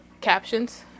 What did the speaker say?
captions